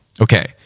okay